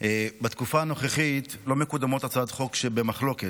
בתקופה הנוכחית לא מקודמות הצעות חוק שבמחלוקת.